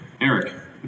Eric